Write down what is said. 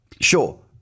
sure